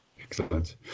Excellent